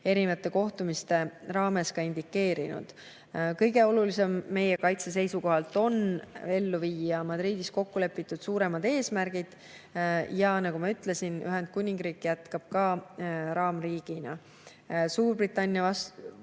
brittidele kohtumiste raames indikeerinud. Kõige olulisem meie kaitse seisukohalt on ellu viia Madridis kokkulepitud suuremad eesmärgid. Ja nagu ma ütlesin, Ühendkuningriik jätkab ka raamriigina. Suurbritannia võetud